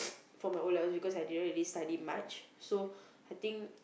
for my O-levels because I didn't really study much so I think